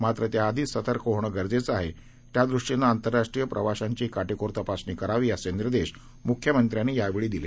मात्रत्याआधीचसतर्कहोणंगरजेचंआहे त्या दृष्टीनंआंतरराष्ट्रीयप्रवाशांचीकाटेकोरतपासणीकरावीअसेनिर्देशम्ख्यमंत्र्यांनीयावेळीदिले